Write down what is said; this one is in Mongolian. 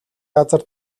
газар